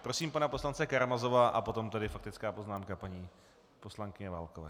Prosím pana poslance Karamazova a potom faktická poznámka paní poslankyně Válkové.